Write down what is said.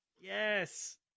Yes